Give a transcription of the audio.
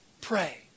Pray